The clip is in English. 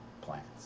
plans